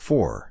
Four